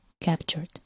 captured